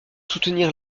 soutenir